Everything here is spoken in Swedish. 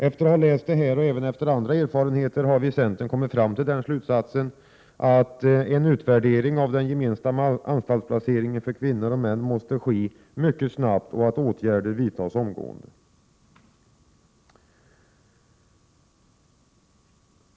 Efter att ha läst detta och med utgångspunkt även i andra erfarenheter har vi i centern kommit fram till den slutsatsen att en utvärdering av den gemensamma anstaltsplaceringen för kvinnor och män måste ske mycket snabbt och att åtgärder måste vidtas omgående.